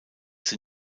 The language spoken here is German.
sie